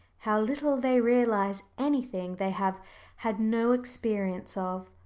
how little they realise anything they have had no experience of.